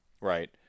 right